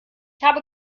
habe